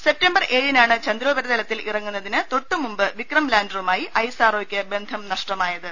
September ഏഴിനാണ് ചന്ദ്രോപരിതലത്തിൽ ഇറങ്ങുന്നതിന് തൊട്ടുമുമ്പ് വിക്രം ലാന്ററുമായി ഐഎസ്ആർഒക്ക് ബന്ധം നഷ്ട മായത്